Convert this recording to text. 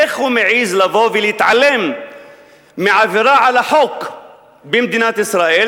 איך הוא מעז לבוא ולהתעלם מעבירה על החוק במדינת ישראל,